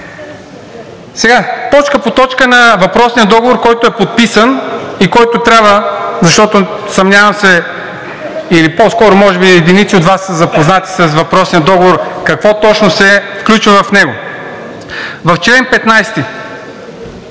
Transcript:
Сега, точка по точка на въпросния договор, който е подписан и който трябва, защото съмнявам се, или по-скоро може би единици от Вас са запознати с въпросния договор какво точно се включва в него. В чл. 15,